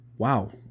Wow